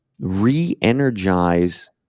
re-energize